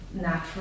natural